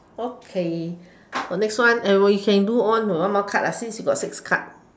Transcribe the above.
okay so next one we can do on one more card I see she got six card